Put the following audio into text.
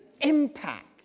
impact